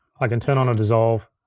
i can turn on our dissolve,